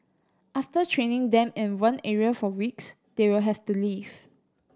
after training them in one area for weeks they will have to leave